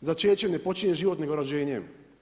začećem ne počinje život nego rođenjem.